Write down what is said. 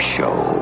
Show